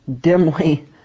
dimly